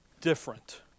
different